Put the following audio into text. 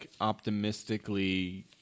optimistically